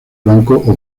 banco